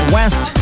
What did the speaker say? West